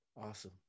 Awesome